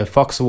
Fox